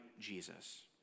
Jesus